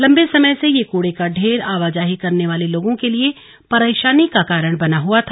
लंबे समय से यह कूड़े का ढेर आवाजाही करने वाले लोगों के लिए परेशानी का कारण बना हुआ था